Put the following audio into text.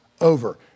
over